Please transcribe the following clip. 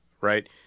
Right